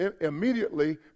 immediately